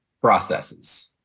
processes